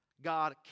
God